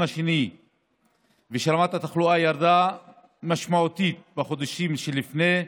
השני ושרמת התחלואה ירדה משמעותית בחודשים שלפני כן,